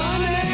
Money